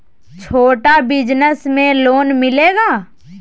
छोटा बिजनस में लोन मिलेगा?